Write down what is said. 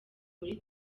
muri